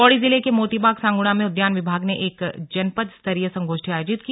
पौड़ी जिले के मोतीबाग सांगुड़ा में उद्यान विभाग ने एक जनपदस्तरीय संगोष्ठी आयोजित की